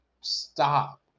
stop